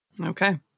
okay